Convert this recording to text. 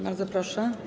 Bardzo proszę.